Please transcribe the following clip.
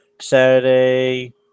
saturday